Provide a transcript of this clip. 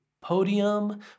podium